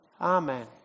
Amen